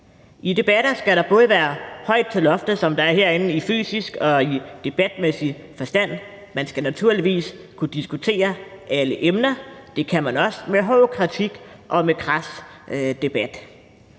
I debatter skal der være højt til loftet, som der er herinde i både fysisk og debatmæssig forstand. Man skal naturligvis kunne diskutere alle emner, og det kan man også, med hård kritik og med kras debat.